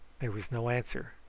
there was no answer